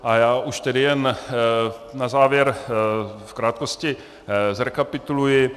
A já už tedy jen na závěr v krátkosti zrekapituluji.